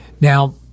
Now